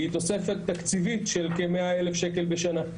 היא תוספת תקציבית של כמאה אלף שקל בשנה.